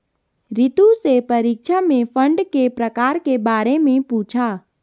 रितु से परीक्षा में फंड के प्रकार के बारे में पूछा